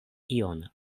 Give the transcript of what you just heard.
ion